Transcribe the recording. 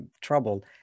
trouble